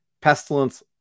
Pestilence